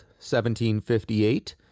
1758